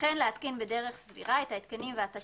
וכן להתקין בדרך סבירה את ההתקנים והתשתיות